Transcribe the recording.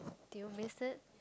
do you miss it